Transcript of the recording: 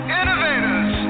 innovators